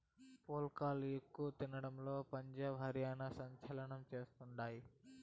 పుల్కాలు ఎక్కువ తినడంలో పంజాబ్, హర్యానా సంచలనం చేస్తండాయి